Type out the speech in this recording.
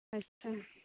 ᱟᱪᱪᱷᱟ